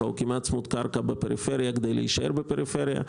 או כמעט צמוד קרקע בפריפריה כדי להישאר בפריפריה.